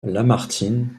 lamartine